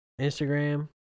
Instagram